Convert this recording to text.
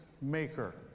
maker